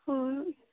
ꯍꯣꯏ